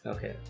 Okay